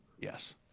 Yes